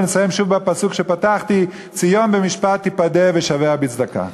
ונסיים שוב בפסוק שבו פתחתי: ציון במשפט תיפדה ושביה בצדקה.